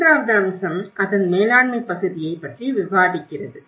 மூன்றாவது அம்சம் அதன் மேலாண்மை பகுதியைப் பற்றி விவாதிக்கிறது